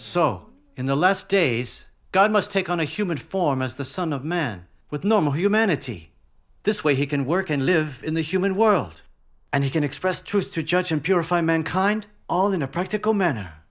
so in the last days god must take on a human form as the son of man with no humanity this way he can work and live in the human world and he can express truth to judge and purify mankind all in a practical manner